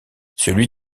celui